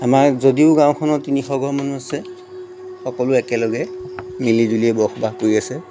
আমাৰ যদিও গাঁওখনত তিনিশ ঘৰ মানুহ আছে সকলোৱে একেলগে মিলিজুলিয়ে বসবাস কৰি আছে